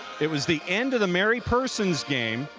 it was the end of the mary persons game,